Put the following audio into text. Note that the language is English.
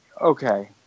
Okay